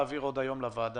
אני אגיד לך למה.